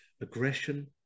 aggression